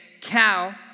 Cal